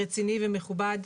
רציני ומכובד.